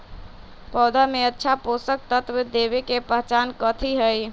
पौधा में अच्छा पोषक तत्व देवे के पहचान कथी हई?